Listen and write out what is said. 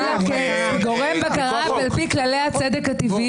כגורם בקרה על פי כללי הצדק הטבעיים,